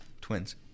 twins